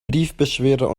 briefbeschwerer